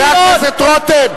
חבר הכנסת רותם.